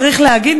צריך להגיד,